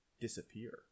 disappear